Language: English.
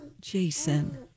Jason